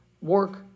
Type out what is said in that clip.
work